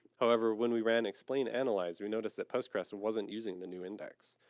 however, when we ran explain analyze we noticed that postgress wasn't using the new index,